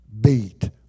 beat